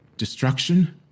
Destruction